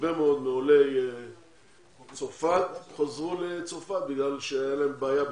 הרבה מאוד מעולי צרפת חזרו לצרפת בגלל שהייתה להם בעיה בתעסוקה.